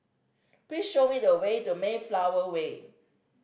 please show me the way to Mayflower Way